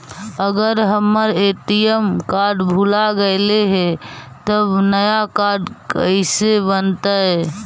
अगर हमर ATM card भुला गैलै हे तब नया काड कइसे बनतै?